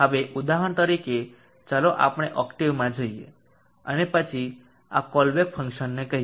હવે ઉદાહરણ તરીકે ચાલો આપણે ઓક્ટેવમાં જઈએ અને પછી આ કોલબ્રુક ફંક્શનને કહીએ